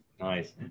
Nice